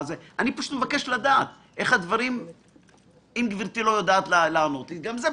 אם גברתי לא יודעת לענות לי, זה גם בסדר.